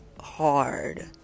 hard